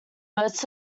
most